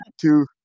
two